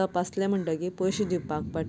तपासलें म्हणटकच पयशे दिवपाक पडटा